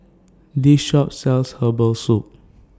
This Shop sells Herbal Soup